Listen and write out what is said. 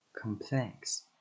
Complex